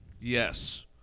Yes